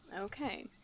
Okay